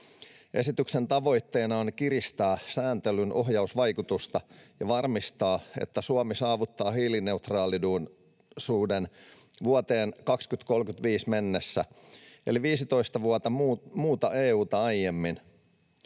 Esityksen tavoitteena on kiristää sääntelyn ohjausvaikutusta ja varmistaa, että Suomi saavuttaa hiilineutraalisuuden vuoteen 2035 mennessä eli 15 vuotta muuta EU:ta aiemmin.